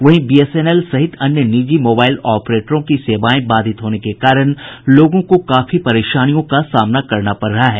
वहीं बीएसएनएल सहित अन्य निजी मोबाईल ऑपरेटरों की सेवाएं बाधित होने के कारण लोगों को काफी परेशानियों का सामना करना पड़ रहा है